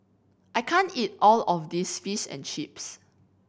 I can't eat all of this Fish and Chips